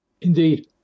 Indeed